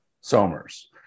Somers